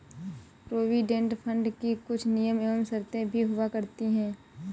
provident fund की कुछ नियम एवं शर्तें भी हुआ करती हैं